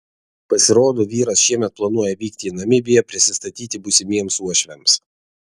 pasirodo vyras šiemet planuoja vykti į namibiją prisistatyti būsimiems uošviams